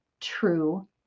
true